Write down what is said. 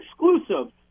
exclusive